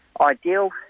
ideal